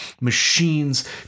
Machines